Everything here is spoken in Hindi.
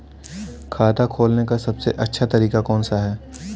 खाता खोलने का सबसे अच्छा तरीका कौन सा है?